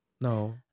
No